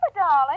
Darling